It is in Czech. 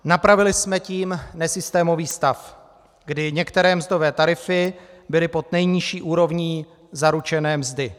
Napravili jsme tím nesystémový stav, kdy některé mzdové tarify byly pod nejnižší úrovní zaručené mzdy.